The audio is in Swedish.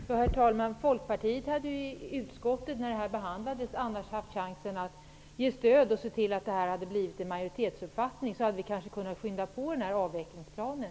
Herr talman! När den här frågan behandlades i utskottet hade Folkpartiet chansen att se till att detta blev majoritetens uppfattning. Då hade vi kunnat skynda på avvecklingsplanen.